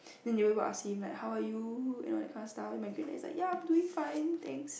then they always go ask him like how are you and all that kind of stuff and my granddad is like ya I'm doing fine thanks